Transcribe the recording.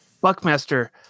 Buckmaster